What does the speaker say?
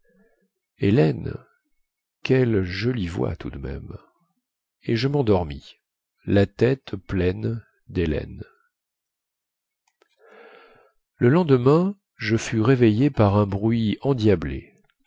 ellen quelle jolie voix tout de même et je mendormis la tête pleine dellen le lendemain je fus réveillé par un bruit endiablé